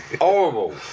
Horrible